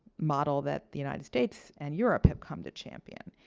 model that the united states and europe have come to champion.